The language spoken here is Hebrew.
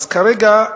אז כרגע,